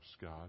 God